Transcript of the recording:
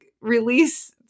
release